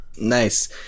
Nice